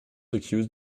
accused